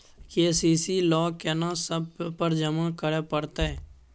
KCC ल केना सब पेपर जमा करै परतै?